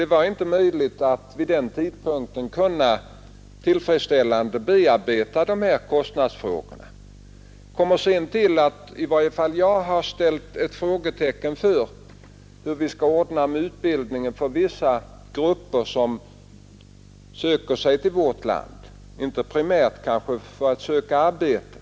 Det var inte möjligt att vid den tidpunkten kunna tillfredsställande bearbeta bl.a. de här kostnadsfrågorna. Vidare tillkommer att i varje fall jag har ställt mig frågande till hur vi skall ordna med utbildningen för vissa grupper som söker sig till vårt land inte primärt för att söka arbete.